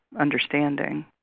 understanding